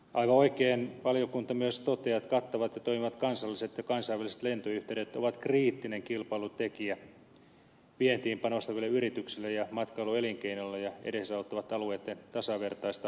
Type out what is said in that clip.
aivan oikein valiokunta myös toteaa että kattavat ja toimivat kansalliset ja kansainväliset lentoyhteydet ovat kriittinen kilpailutekijä vientiin panostaville yrityksille ja matkailuelinkeinoille ja edesauttavat alueitten tasavertaista kehittymistä